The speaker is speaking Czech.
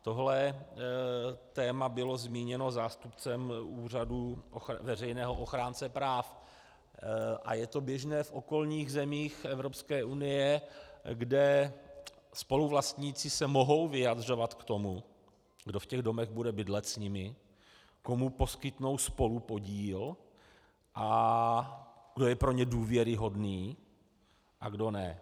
Tohle téma bylo zmíněno zástupcem Úřadu veřejného ochránce práv, a je to běžné v okolních zemích Evropské unie, kde spoluvlastníci se mohou vyjadřovat k tomu, kdo v těch domech bude bydlet s nimi, komu poskytnou spolupodíl a kdo je pro ně důvěryhodný a kdo ne.